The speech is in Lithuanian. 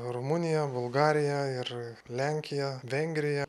rumunija bulgarija ir lenkija vengrija